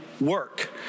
Work